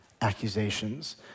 accusations